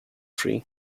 free